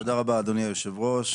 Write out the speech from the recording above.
תודה רבה, אדוני היושב-ראש.